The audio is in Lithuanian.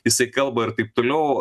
jisai kalba ir taip toliau